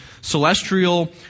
celestial